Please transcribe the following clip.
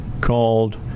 called